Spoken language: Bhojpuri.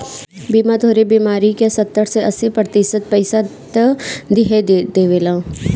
बीमा तोहरे बीमारी क सत्तर से अस्सी प्रतिशत पइसा त देहिए देवेला